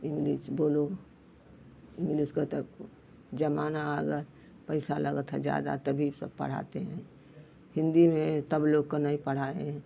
English बोलो English का तब जमाना आ गया पैसा लगत है ज़्यादा तभी सब पढ़ाते हैं हिन्दी में तब लोग को नहीं पढ़ाएँ हैं